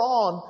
on